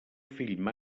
fill